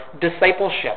discipleship